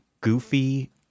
goofy